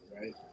right